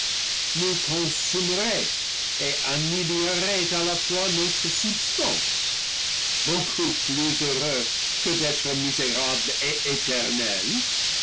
nous consumerait et annihilerait à la fois notre substance beaucoup plus heureux que d'être misé rables et éternels